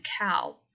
cow